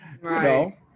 right